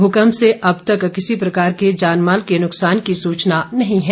भूकम्प से अब तक किसी प्रकार के जानमाल के नुकसान की सूचना नहीं है